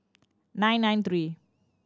nine nine three